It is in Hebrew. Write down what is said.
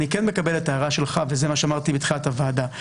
אני כן מקבל את ההערה שלך וזה מה שאמרתי בתחילת הוועדה.